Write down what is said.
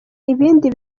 ibindi